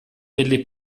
delle